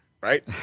Right